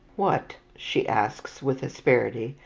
what, she asks with asperity,